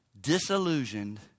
disillusioned